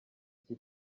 iki